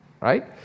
Right